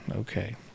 Okay